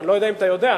אם אתה יודע,